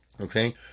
okay